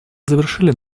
завершили